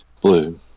blue